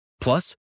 Plus